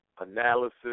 analysis